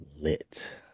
lit